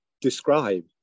describe